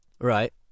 Right